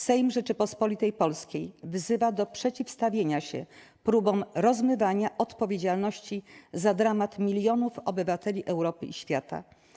Sejm Rzeczypospolitej Polskiej wzywa do przeciwstawienia się próbom rozmywania odpowiedzialności za dramat milionów obywateli Europy i świata.